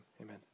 Amen